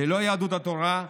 ללא יהדות התורה,